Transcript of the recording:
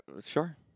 Sure